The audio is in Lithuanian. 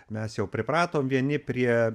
mes jau pripratom vieni prie